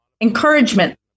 encouragement